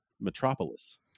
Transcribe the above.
Metropolis